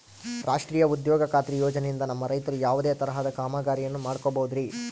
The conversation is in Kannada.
ರಾಷ್ಟ್ರೇಯ ಉದ್ಯೋಗ ಖಾತ್ರಿ ಯೋಜನೆಯಿಂದ ನಮ್ಮ ರೈತರು ಯಾವುದೇ ತರಹದ ಕಾಮಗಾರಿಯನ್ನು ಮಾಡ್ಕೋಬಹುದ್ರಿ?